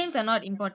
ya